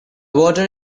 water